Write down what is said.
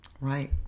Right